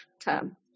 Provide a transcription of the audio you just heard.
term